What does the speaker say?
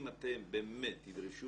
אם אתם באמת תדרשו